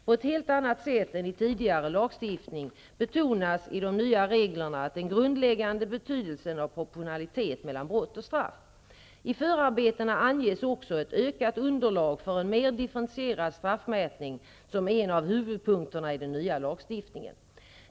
På ett helt annat sätt än i tidigare lagstiftning betonas i de nya reglerna den grundläggande betydelsen av proportionalitet mellan brott och straff. I förarbetena anges också ett ökat underlag för en mer differentierad straffmätning som en av huvudpunkterna i den nya lagstiftningen.